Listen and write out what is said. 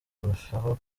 kurushaho